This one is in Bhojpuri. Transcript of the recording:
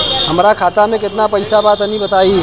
हमरा खाता मे केतना पईसा बा तनि बताईं?